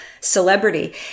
celebrity